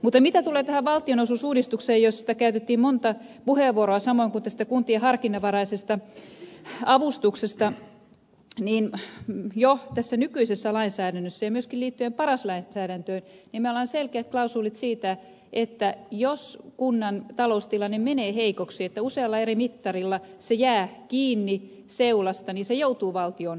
mutta mitä tulee tähän valtionosuusuudistukseen josta käytettiin monta puheenvuoroa samoin kuin tästä kuntien harkinnanvaraisesta avustuksesta jo tässä nykyisessä lainsäädännössä ja myöskin liittyen paras lainsäädäntöön meillä on selkeät klausuulit siitä että jos kunnan taloustilanne menee heikoksi jos usealla eri mittarilla se jää kiinni seulasta niin se joutuu valtion holhoukseen